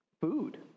food